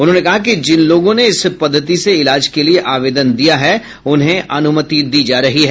उन्होंने कि जिन लोगों ने इस पद्वति से इलाज के लिए आवदेन दिया है उन्हें अनुमति दी जा रही है